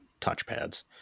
touchpads